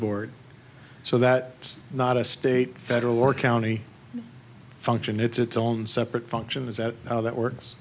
board so that it's not a state federal or county function its own separate function is that how that works